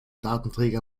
datenträger